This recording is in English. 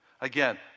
Again